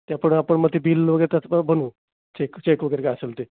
त्याप्रमाणे आपण मग ते बिल वगैरे त्याचप्रमाणे बनवू चेक चेक वगैरे काय असेल ते